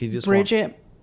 Bridget